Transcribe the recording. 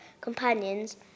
companions